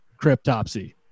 Cryptopsy